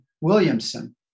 Williamson